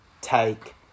take